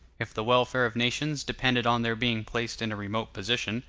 if the welfare of nations depended on their being placed in a remote position,